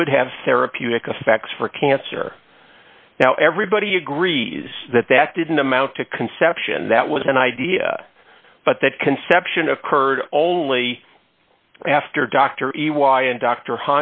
could have therapeutic effect for cancer now everybody agrees that that didn't amount to conception that was an idea but that conception occurred only after dr e y and dr